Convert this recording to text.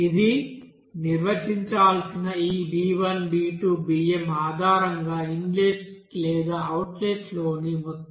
ఇది నిర్వచించాల్సిన ఈ b1 b2 bm ఆధారంగా ఇన్లెట్ లేదా అవుట్లెట్లోని మొత్తం